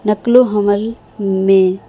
نقل و حمل میں